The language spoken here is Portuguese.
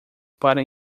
para